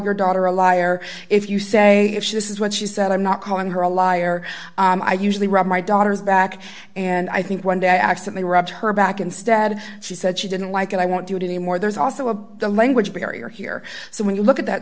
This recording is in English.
your daughter a liar if you say this is what she said i'm not calling her a liar i usually run my daughter's back and i think one day i actually rub her back instead she said she didn't like it i won't do it anymore there's also a language barrier here so when you look at that